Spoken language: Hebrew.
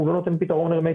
הוא לא נותן פתרון הרמטי.